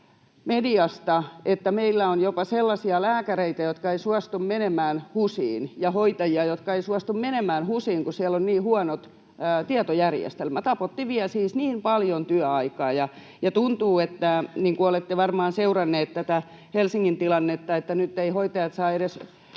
että meillä on jopa sellaisia lääkäreitä, jotka eivät suostu menemään HUSiin, ja hoitajia, jotka eivät suostu menemään HUSiin, kun siellä on niin huonot tietojärjestelmät. Apotti vie siis niin paljon työaikaa. Ja niin kuin olette varmaan seuranneet tätä Helsingin tilannetta, nyt eivät hoitajat saa edes